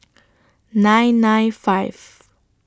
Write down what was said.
nine nine five